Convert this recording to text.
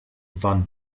van